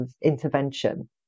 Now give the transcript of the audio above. intervention